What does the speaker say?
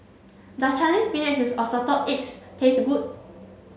does Chinese spinach with assorted eggs taste good